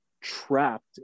trapped